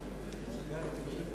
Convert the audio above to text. בסדר-היום.